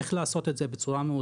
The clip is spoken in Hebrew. איך לעשות את זה בצורה מאוזנת.